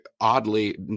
oddly